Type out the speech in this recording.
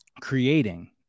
creating